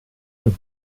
und